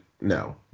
no